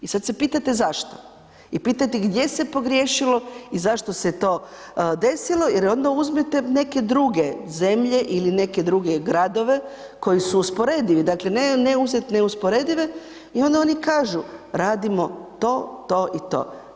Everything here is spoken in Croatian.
I sad se pitate zašto i pitate gdje se pogriješilo i zašto se to desilo jer onda uzmite neke zemlje ili neke druge gradove koji su usporedivi, dakle ne uzeti neusporedive i onda oni kažu radimo to, to i to.